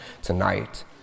tonight